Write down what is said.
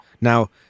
Now